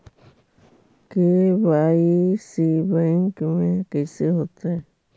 KYC bank में कैसे होतै?